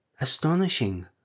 Astonishing